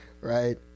Right